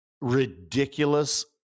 ridiculous